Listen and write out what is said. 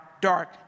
dark